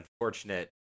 unfortunate